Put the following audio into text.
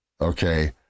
okay